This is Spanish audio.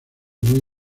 muy